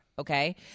okay